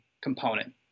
component